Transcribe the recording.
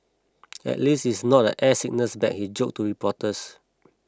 at least it's not an air sickness bag he joked to reporters